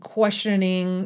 questioning